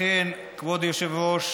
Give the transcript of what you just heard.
לכן, כבוד היושב-ראש